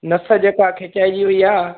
नस जेका खिचाइजी वई आहे